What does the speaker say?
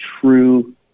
true